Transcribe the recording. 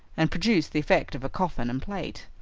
and produced the effect of a coffin and plate.